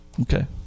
Okay